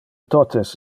totes